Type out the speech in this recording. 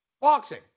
Boxing